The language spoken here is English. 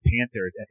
Panthers